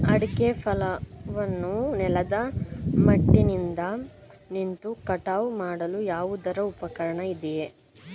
ಅಡಿಕೆ ಫಸಲನ್ನು ನೆಲದ ಮಟ್ಟದಿಂದ ನಿಂತು ಕಟಾವು ಮಾಡಲು ಯಾವುದಾದರು ಉಪಕರಣ ಇದೆಯಾ?